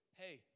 hey